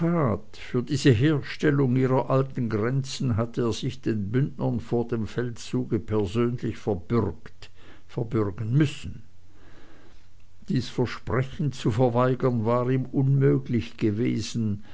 für diese herstellung ihrer alten grenzen hatte er sich den bündnern vor dem feldzuge persönlich verbürgt verbürgen müssen dies versprechen zu verweigern war ihm unmöglich gewesen